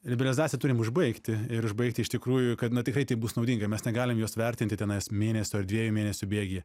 liberalizaciją turim užbaigti ir užbaigti iš tikrųjų kad na tikrai tai bus naudinga mes negalim jos vertinti tenais mėnesio ar dviejų mėnesių bėgyje